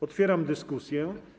Otwieram dyskusję.